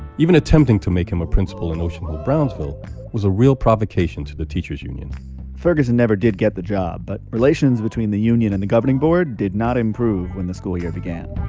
even attempting to make him a principal in ocean hill-brownsville was a real provocation to the teachers union ferguson never did get the job, but relations between the union and the governing board did not improve when the school year began